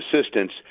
assistance